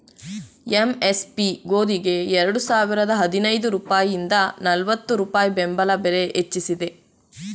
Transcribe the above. MSP ಗೋದಿಗೆ ಎರಡು ಸಾವಿರದ ಹದಿನೈದು ರೂಪಾಯಿಂದ ನಲ್ವತ್ತು ರೂಪಾಯಿ ಬೆಂಬಲ ಬೆಲೆ ಹೆಚ್ಚಿಸಿದೆ